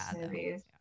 movies